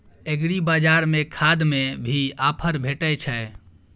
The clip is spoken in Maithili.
एग्रीबाजार में खाद में भी ऑफर भेटय छैय?